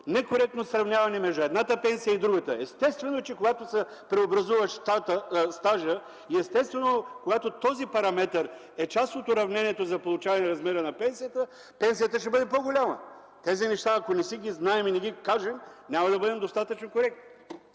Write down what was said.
некоректно сравняване между едната и другата пенсия. Естествено е, че когато се преобразува стажът и когато този параметър е част от уравнението за получаване размера на пенсията, пенсията ще бъде по-голяма! Тези неща ако не си ги знаем и не ги кажем, няма да бъдем достатъчно коректни.